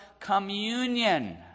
Communion